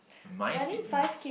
my fitness